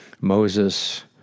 Moses